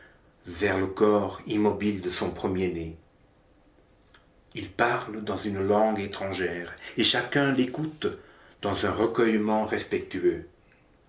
vers le corps immobile de son premier-né il parle dans une langue étrangère et chacun l'écoute dans un recueillement respectueux